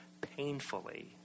painfully